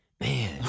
man